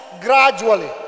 gradually